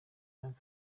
myaka